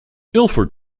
ilford